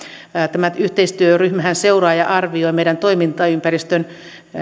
tämä yhteistyöryhmähän seuraa ja arvioi meidän toimintaympäristön